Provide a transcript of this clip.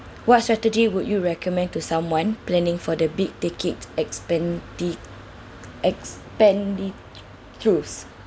what strategy would you recommend to someone planning for the big ticket expendi~ expenditures